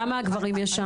כמה גברים יש שם?